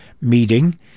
meeting